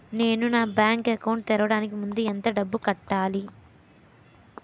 నేను నా bank account తెరవడానికి ముందు ఎంత డబ్బులు కట్టాలి?